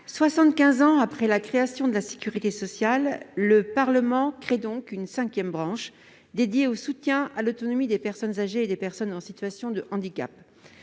ans après la création de la sécurité sociale, le Parlement créé une cinquième branche dédiée au soutien à l'autonomie des personnes âgées et des personnes en situation de handicap.